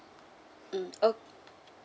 mm uh